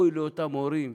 אוי לאותם הורים,